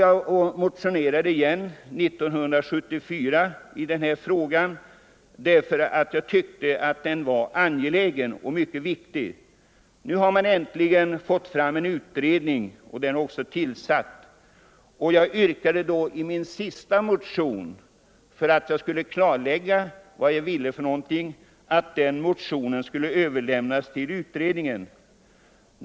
Jag motionerade igen i den här frågan år 1974, eftersom jag tyckte att den var mycket viktig och angelägen. Nu hade man äntligen fått fram en utredning som redan var tillsatt och jag yrkade därför i min senaste motion — för att klarlägga vad jag ville — att motionen skulle överlämnas till utredningen.